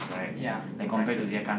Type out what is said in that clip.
ya the prizes